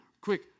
quick